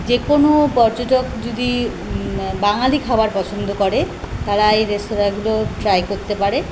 যে কোনো পর্যটক যদি বাঙালি খাবার পছন্দ করে তারা এই রেস্তোরাঁগুলো ট্রাই করতে পারে